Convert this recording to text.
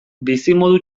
bizimodu